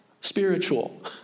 spiritual